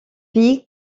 pays